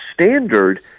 standard